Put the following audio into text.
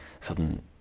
sudden